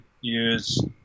use